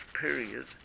period